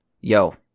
Yo